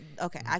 okay